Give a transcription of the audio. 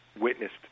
witnessed